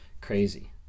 crazy